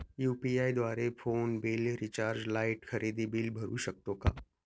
UPI द्वारे phone bill, recharge, light, खरेदी bill भरू शकतो का?